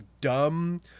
dumb